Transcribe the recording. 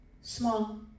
small